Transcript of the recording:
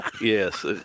Yes